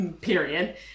Period